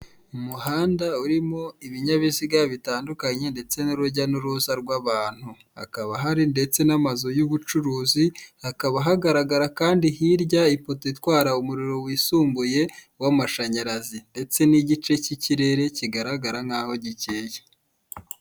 Umuhanda urimo ibinyabiziga bitandukanye ndetse n'urujya n'uruza rw'abantu. Hakaba hari ndetse n'amazu y'ubucuruzi, hakaba hagaragara kandi hirya ipoto itwara umuriro wisumbuye w'amashanyarazi. Ndetse n'igice cy'ikirere kigaragara nk'aho gikeye.